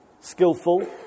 skillful